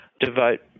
devote